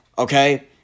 Okay